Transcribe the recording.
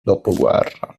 dopoguerra